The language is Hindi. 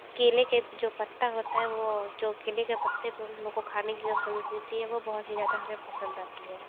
केले के जो पत्ता होता है वो जो केले के पत्ते पे हमको खाने की जो संस्कृति है वो बहुत ही ज्यादा हमें पसंद आती है